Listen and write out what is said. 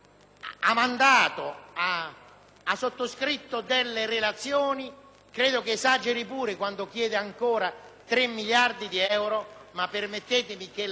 sottoscritto alcune relazioni; credo che esageri pure quando chiede ancora 3 miliardi di euro, permettetemi però